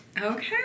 Okay